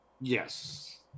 yes